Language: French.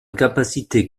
capacité